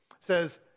says